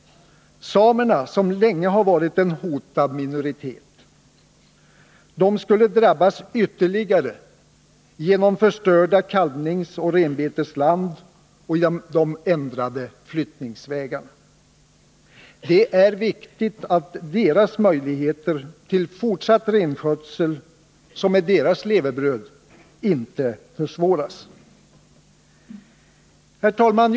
Samerna, som länge varit en hotad minoritet, skulle drabbas ytterligare genom förstörelse av kalvningsoch renbetesland och genom ändring av flyttningsvägar. Det är viktigt att deras möjligheter till fortsatt renskötsel, som är deras levebröd, inte försvåras. Herr talman!